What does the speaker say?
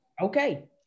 Okay